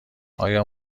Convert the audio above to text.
آیا